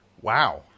Wow